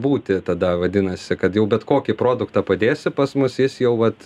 būti tada vadinasi kad jau bet kokį produktą padėsi pas mus jis jau vat